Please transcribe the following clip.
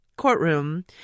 courtroom